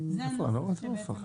זה הנוסח.